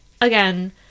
again